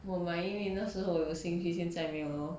我卖因为那时候我有兴趣现在没有 lor